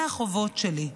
מה החובות שלי?